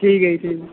ਠੀਕ ਹੈ ਜੀ ਠੀਕ ਹੈ